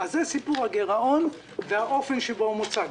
זה סיפור הגירעון והאופן שבו הוא מוצג,